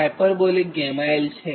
આ તરફ Z1𝑍𝐶 sinh𝛾𝑙 છે